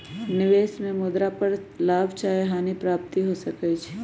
निवेश में मुद्रा पर लाभ चाहे हानि के प्राप्ति हो सकइ छै